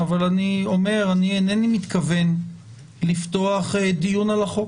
אבל אני אומר שאני אינני מתכוון לפתוח דיון על החוק.